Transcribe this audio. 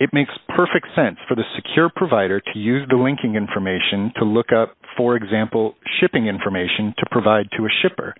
it makes perfect sense for the secure provider to use the linking information to look up for example shipping information to provide to a shipper